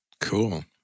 cool